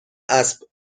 اسب